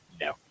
No